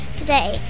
today